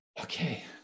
okay